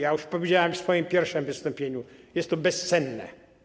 Ja już powiedziałem w swoim pierwszym wystąpieniu, że jest to bezcenne.